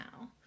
now